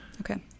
Okay